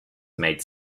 made